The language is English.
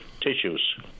tissues